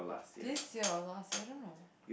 this year last year I dunno